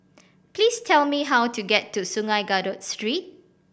please tell me how to get to Sungei Kadut Street